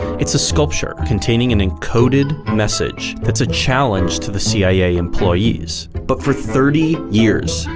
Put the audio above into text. it's a sculpture containing an encoded message that's a challenge to the cia employees but, for thirty years,